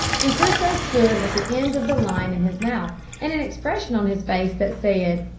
and crusoe stood with the end of the line in his mouth and an expression on his face that said,